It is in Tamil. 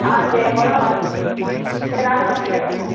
ஆ சரி முதல்ல மஞ்சளை ஆ சரி நாளைக்கு வந்து பேசிக்கிடுவோம்